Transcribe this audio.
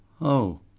Oh